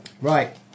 Right